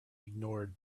ignored